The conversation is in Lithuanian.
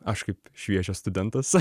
aš kaip šviežias studentas